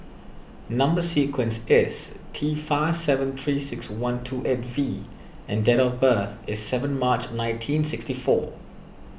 Number Sequence is T five seven three six one two eight V and date of birth is seven March nineteen sixty four